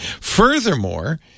Furthermore